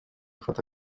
ufata